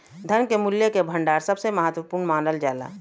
धन के मूल्य के भंडार सबसे महत्वपूर्ण मानल जाला